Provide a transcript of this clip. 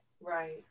Right